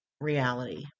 reality